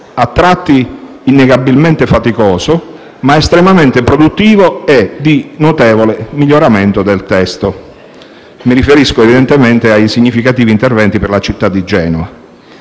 a tratti innegabilmente faticoso, ma estremamente produttivo e di notevole miglioramento del testo. Mi riferisco evidentemente ai significativi interventi per la città di Genova.